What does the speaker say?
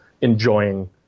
enjoying